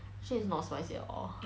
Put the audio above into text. actually is not spicy at all